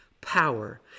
power